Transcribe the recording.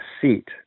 seat